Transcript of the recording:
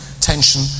tension